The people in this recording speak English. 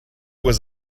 was